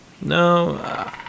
No